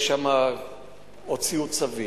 הוציאו צווים,